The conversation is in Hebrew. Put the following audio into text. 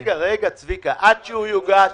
עד שהוא יוגש,